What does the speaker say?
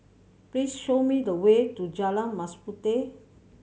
please show me the way to Jalan Mas Puteh